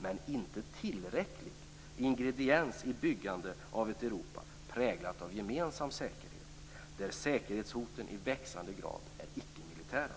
men inte tillräcklig ingrediens i byggandet av ett Europa präglat av gemensam säkerhet, där säkerhetshoten i växande grad är icke-militära.